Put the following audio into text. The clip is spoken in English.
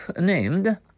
named